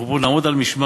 אנחנו פה נעמוד על המשמר,